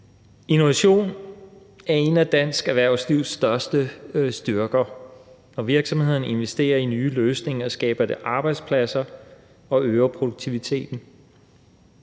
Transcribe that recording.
Innovation er en af dansk erhvervslivs største styrker. Når virksomhederne investerer i nye løsninger, skaber det arbejdspladser og øger produktiviteten.